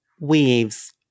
weaves